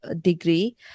degree